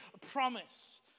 promise